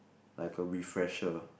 like a refresher